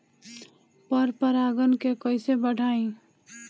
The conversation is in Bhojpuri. पर परा गण के कईसे बढ़ाई?